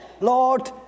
Lord